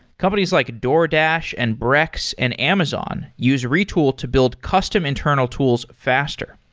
companies like a doordash, and brex, and amazon use retool to build custom internal tools faster.